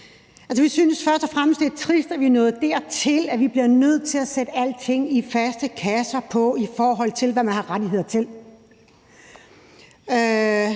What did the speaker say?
Vi synes først og fremmest, det er trist, at vi er nået dertil, hvor vi bliver nødt til at sætte alting i faste kasser, i forhold til hvad man har af rettigheder.